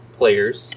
players